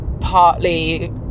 partly